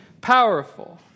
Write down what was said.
powerful